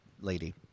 lady